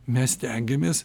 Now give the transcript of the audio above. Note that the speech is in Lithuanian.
mes stengiamės